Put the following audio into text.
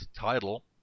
title